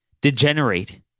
degenerate